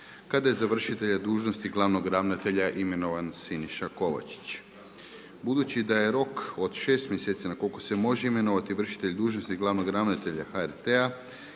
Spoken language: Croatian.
kada je za vršitelja dužnosti glavnog ravnatelja imenovan Siniša Kovačić. Budući da je rok od šest mjeseci na koliko se može imenovati vršitelj dužnosti glavnog ravnatelja HRT-a